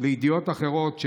לידיעות אחרות,